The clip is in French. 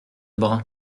brin